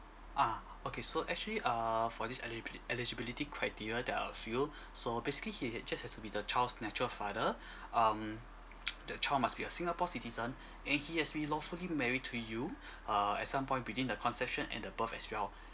ah okay so actually err for this elibili~ eligibility criteria there are a few so basically he ha~ just has to be the child's natural father um the child must be a singapore citizen and he has to be lawfully marry to you err at some point within the conception and the birth as well